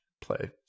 play